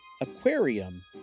aquarium